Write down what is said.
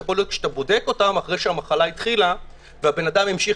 יכול להיות שאתה בודק אותם אחרי שהמחלה התחילה והאדם המשיך